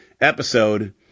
episode